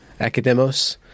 academos